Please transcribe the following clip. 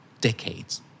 decades